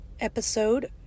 episode